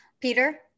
Peter